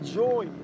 joy